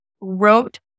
wrote